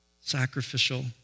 sacrificial